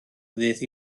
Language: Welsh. ddydd